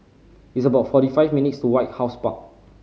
it's about forty five minutes' walk to White House Park